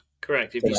Correct